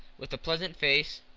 with a pleasant face,